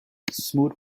smoot